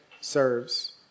serves